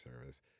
service